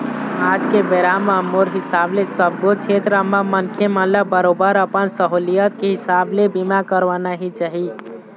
आज के बेरा म मोर हिसाब ले सब्बो छेत्र म मनखे मन ल बरोबर अपन सहूलियत के हिसाब ले बीमा करवाना ही चाही